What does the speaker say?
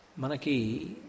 Manaki